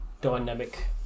dynamic